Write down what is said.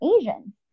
Asian